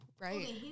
Right